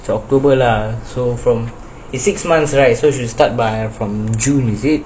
so october lah so from it's six month right so should start by from june is it